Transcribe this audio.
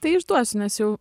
tai išduosiu nes jau